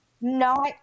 No